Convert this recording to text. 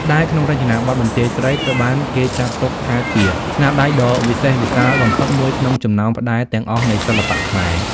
ផ្តែរក្នុងរចនាបថបន្ទាយស្រី ត្រូវបានគេចាត់ទុកថាជា ស្នាដៃដ៏វិសេសវិសាលបំផុត មួយក្នុងចំណោមផ្តែរទាំងអស់នៃសិល្បៈខ្មែរ។